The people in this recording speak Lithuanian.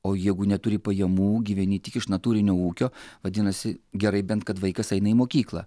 o jeigu neturi pajamų gyveni tik iš natūrinio ūkio vadinasi gerai bent kad vaikas eina į mokyklą